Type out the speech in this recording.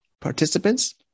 participants